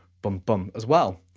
bum bum, as well.